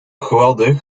geweldig